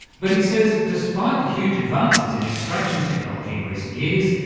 but he says despite the huge advances in extraction technology in recent years,